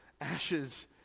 ashes